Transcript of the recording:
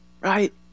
right